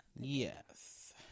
yes